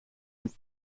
met